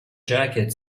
jacket